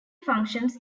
functions